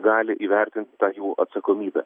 gali įvertint tą jų atsakomybę